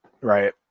Right